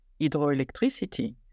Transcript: hydroelectricity